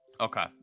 Okay